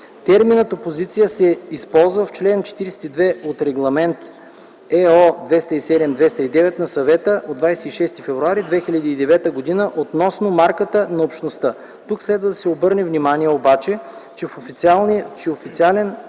Терминът „опозиция” се използва в чл. 42 от Регламент (ЕО) № 207/2009 на Съвета от 26 февруари 2009 г. относно марката на Общността. Тук следва да се обърне внимание обаче, че в „Официален